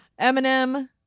Eminem